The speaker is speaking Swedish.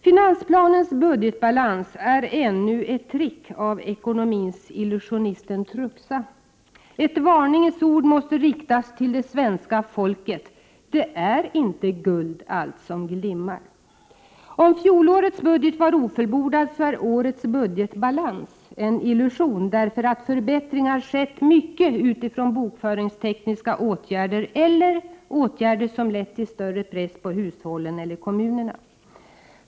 Finansplanens budgetbalans är ännu ett trick av ekonomins illusionisten Truxa. Ett varningens ord måste riktas till det svenska folket: ”Det är inte guld allt som glimmar!” Om fjolårets budget var ofullbordad, så är årets budgetbalans en illusion, därför att förbättringar skett mycket utifrån bokföringstekniska åtgärder eller åtgärder som lett till större press på hushållen eller kommunerna.